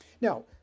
Now